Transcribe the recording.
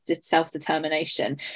self-determination